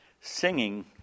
singing